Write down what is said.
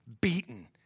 beaten